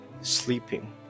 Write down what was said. sleeping